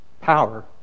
power